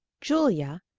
julia.